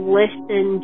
listen